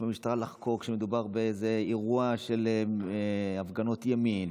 מהמשטרה לחקור כשמדובר באיזה אירוע של הפגנות ימין,